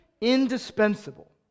indispensable